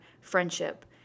friendship